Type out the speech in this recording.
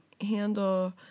handle